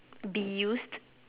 be used